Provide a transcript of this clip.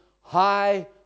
high